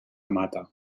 mata